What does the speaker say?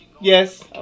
yes